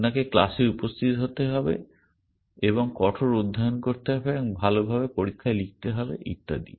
আপনাকে ক্লাসে উপস্থিত থাকতে হবে এবং কঠোর অধ্যয়ন করতে হবে এবং ভালভাবে পরীক্ষায় লিখতে হবে ইত্যাদি